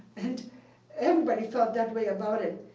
and everybody felt that way about it.